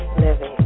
living